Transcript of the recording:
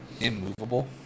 immovable